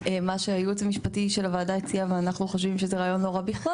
מה שהציע היועץ המשפטי של הוועדה ואנחנו חושבים שזה רעיון לא רע בכלל,